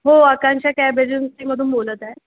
हो आकांशा कॅब एजन्सीमधून बोलत आहे